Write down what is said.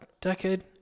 decade